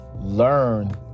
learn